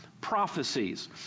prophecies